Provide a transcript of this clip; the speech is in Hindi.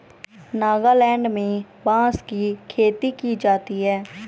नागालैंड में बांस की खेती की जाती है